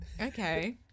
Okay